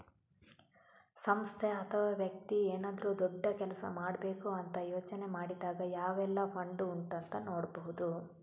ಸಂಸ್ಥೆ ಅಥವಾ ವ್ಯಕ್ತಿ ಏನಾದ್ರೂ ದೊಡ್ಡ ಕೆಲಸ ಮಾಡ್ಬೇಕು ಅಂತ ಯೋಚನೆ ಮಾಡಿದಾಗ ಯಾವೆಲ್ಲ ಫಂಡ್ ಉಂಟು ಅಂತ ನೋಡ್ಬಹುದು